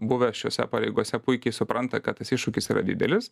buvęs šiose pareigose puikiai supranta kad tas iššūkis yra didelis